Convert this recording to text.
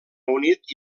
unit